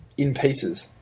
in pieces.